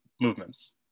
movements